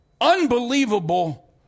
unbelievable